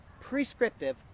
prescriptive